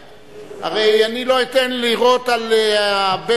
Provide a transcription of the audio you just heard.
הרי אני לא אתן לירות על הבדואים,